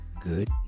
Good